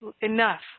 Enough